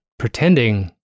pretending